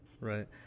right